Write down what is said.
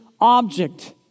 object